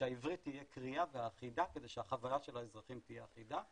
שהעברית תהיה קריאה ואחידה כדי שהחוויה של האזרחים תהיה אחידה,